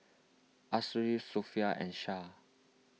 Ashraf Sofea and Shah